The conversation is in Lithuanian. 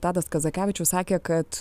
tadas kazakevičius sakė kad